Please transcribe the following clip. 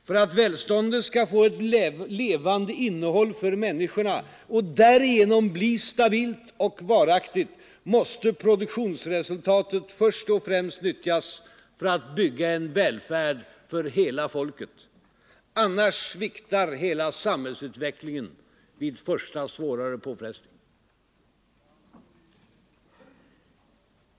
För att välståndet skall få ett levande innehåll för människorna och därigenom bli stabilt och varaktigt måste produktionsresultat först och främst nyttjas för att bygga en välfärd för hela folket. Annars sviktar hela samhällsutvecklingen vid första svårare påfrestning.